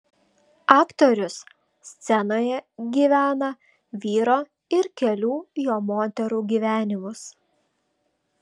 aktorius scenoje gyvena vyro ir kelių jo moterų gyvenimus